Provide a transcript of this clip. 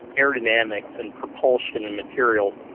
aerodynamics and propulsion and materials,